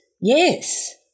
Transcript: Yes